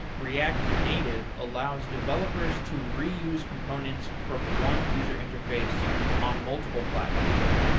react native allows developers to reuse components from one user interface on multiple platforms.